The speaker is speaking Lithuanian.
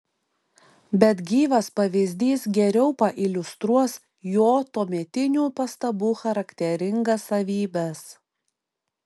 bet gyvas pavyzdys geriau pailiustruos jo tuometinių pastabų charakteringas savybes